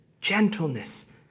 gentleness